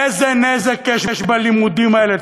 איזה נזק יש בלימודים האלה?